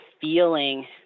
feeling